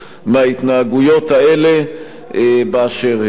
מההתנהגויות האלה באשר הן.